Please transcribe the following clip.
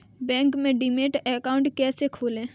Bank में demat account कैसे खोलें?